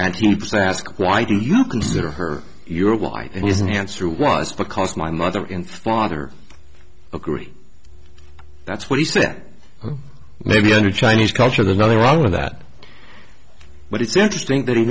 ask why do you consider her your wife isn't the answer was because my mother and father agree that's what he said or maybe under chinese culture there's nothing wrong with that but it's interesting that he